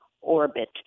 orbit